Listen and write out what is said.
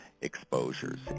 exposures